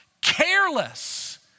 careless